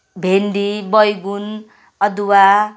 भिन्डी बैगुन अदुवा